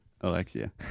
Alexia